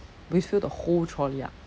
we fill the whole trolley up